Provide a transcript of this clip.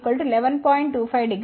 2502 5